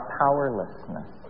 powerlessness